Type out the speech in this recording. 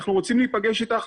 אנחנו רוצים להיפגש איתך,